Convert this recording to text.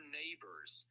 neighbors –